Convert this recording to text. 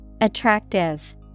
attractive